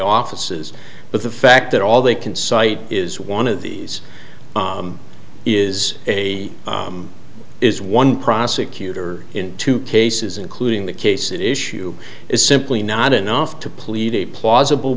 offices but the fact that all they can cite is one of these is a is one prosecutor in two cases including the case that issue is simply not enough to plead a plausible